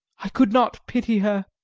i could not pity her,